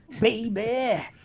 Baby